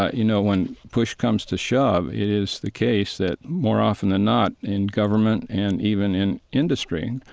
ah you know, when push comes to shove, it is the case that more often than not in government and even in industry,